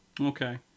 Okay